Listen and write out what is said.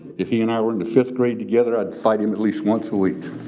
if he and i were in the fifth grade together, i'd fight him at least once a week.